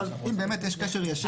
אבל אם באמת יש קשר ישיר.